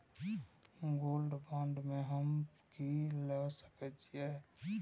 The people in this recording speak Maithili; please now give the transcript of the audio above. गोल्ड बांड में हम की ल सकै छियै?